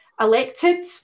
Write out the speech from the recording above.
elected